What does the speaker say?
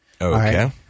Okay